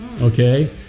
okay